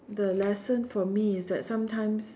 the lesson for me is that sometimes